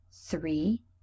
three